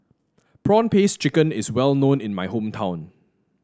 prawn paste chicken is well known in my hometown